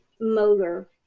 motor